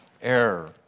error